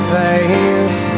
face